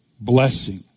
blessing